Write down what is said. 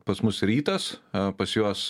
pas mus rytas pas juos